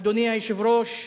אדוני היושב-ראש,